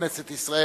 לכנסת ישראל,